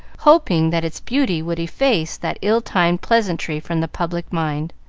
hoping that its beauty would efface that ill-timed pleasantry from the public mind.